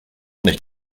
nicht